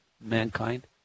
mankind